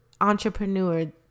entrepreneur